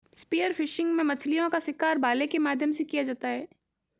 spear fishing में मछलीओं का शिकार भाले के माध्यम से किया जाता है